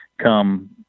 come